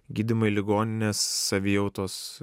gydymui ligoninės savijautos